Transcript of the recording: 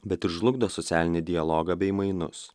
bet ir žlugdo socialinį dialogą bei mainus